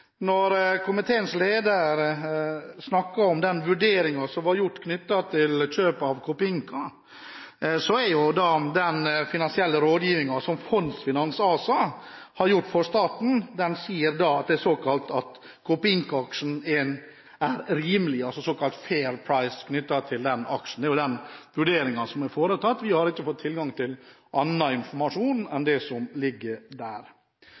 Når komiteens leder snakker om den vurderingen som ble gjort i forbindelse med kjøp av Copeinca, er ifølge den finansielle rådgivingen som Fondsfinans ASA har gjort for staten, Copeinca-aksjen rimelig, det er altså en såkalt «fair price», knyttet til den aksjen. Det er den vurderingen som er foretatt. Vi har ikke fått tilgang til annen informasjon enn den som ligger der.